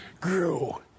grew